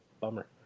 Bummer